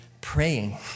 praying